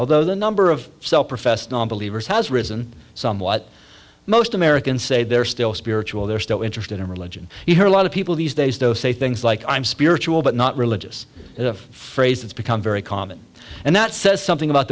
although the number of self professed nonbelievers has risen somewhat most americans say they're still spiritual they're still interested in religion you hear a lot of people these days though say things like i'm spiritual but not religious phrases become very common and that says something about